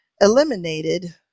Eliminated